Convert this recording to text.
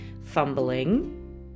fumbling